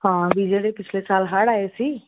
ਹਾਂ ਵੀ ਜਿਹੜੇ ਪਿਛਲੇ ਸਾਲ ਹੜ ਆਏ ਸੀ